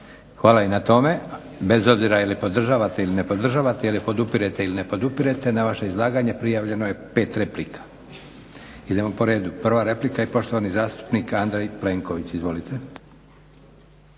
Hvala i na tome. Bez obzira ili podržavate ili ne podržavate ili podupirete ili ne podupirete na vaše izlaganje prijavljeno je 5 replika. Idemo po redu. Prva replika i poštovani zastupnik Andrej Plenković. Izvolite.